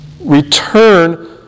Return